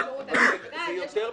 העניין.